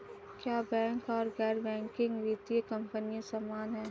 क्या बैंक और गैर बैंकिंग वित्तीय कंपनियां समान हैं?